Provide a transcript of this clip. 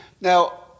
Now